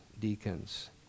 deacons